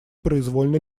произвольно